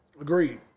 Agreed